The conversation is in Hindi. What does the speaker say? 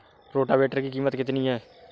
रोटावेटर की कीमत कितनी है?